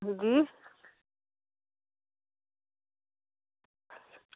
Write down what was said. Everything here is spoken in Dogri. हां जी